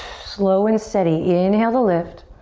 slow and steady. inhale to lift.